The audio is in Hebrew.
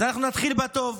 אז אנחנו נתחיל בטוב.